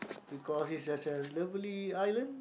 because it's such a lovely island